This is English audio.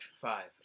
Five